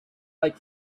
like